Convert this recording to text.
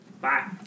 Bye